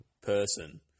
person